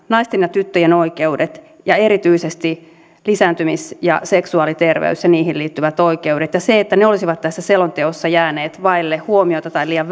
naisten ja tyttöjen oikeudet ja erityisesti lisääntymis ja seksuaaliterveys ja niihin liittyvät oikeudet ja se että ne olisivat tässä selonteossa jääneet vaille huomiota tai liian